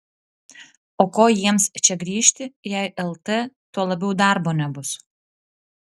o ko jiems čia grįžti jei lt tuo labiau darbo nebus